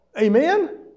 Amen